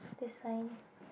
this sign